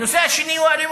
הנושא השני הוא אלימות.